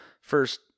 first